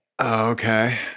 Okay